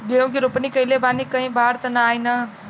गेहूं के रोपनी कईले बानी कहीं बाढ़ त ना आई ना?